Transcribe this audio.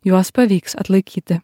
juos pavyks atlaikyti